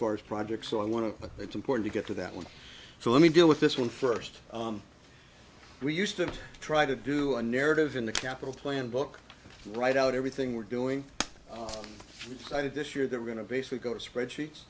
far as projects so i want to but it's important to get to that one so let me deal with this one first we used to try to do a narrative in the capital plan book write out everything we're doing inside of this year that we're going to basically go to spreadsheets